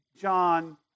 John